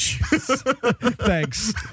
Thanks